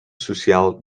social